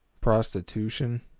prostitution